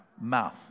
mouth